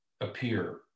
appear